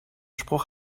spruch